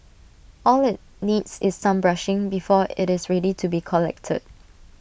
all IT needs is some brushing before IT is ready to be collected